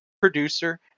producer